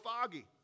foggy